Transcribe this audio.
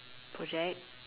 project